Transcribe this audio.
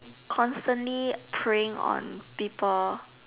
constantly preying on people